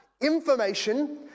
information